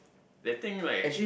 that thing right